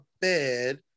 bed